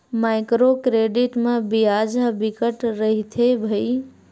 micro credit म बियाज ह बिकट रहिथे भई